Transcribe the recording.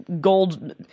gold